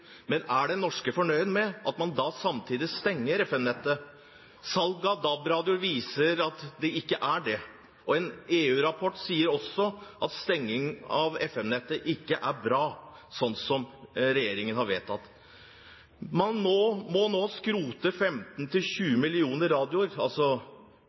Men er man i Norge fornøyd med at man da samtidig stenger FM-nettet? Salg av DAB-radioer viser at man ikke er det. En EU-rapport sier også at stenging av FM-nettet ikke er bra slik regjeringen har vedtatt. Man må nå skrote